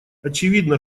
очевидно